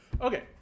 Okay